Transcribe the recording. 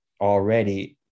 already